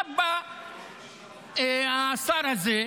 עכשיו בא השר הזה,